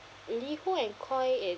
LiHO and Koi is